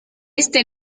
este